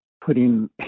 putting